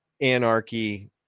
anarchy